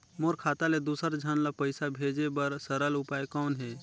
मोर खाता ले दुसर झन ल पईसा भेजे बर सरल उपाय कौन हे?